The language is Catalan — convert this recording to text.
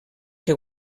que